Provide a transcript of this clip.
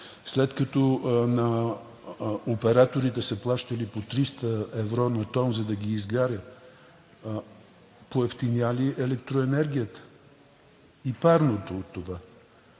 след като на операторите са плащали по 300 евро на тон, за да ги изгарят, поевтиня ли електроенергията и парното от това?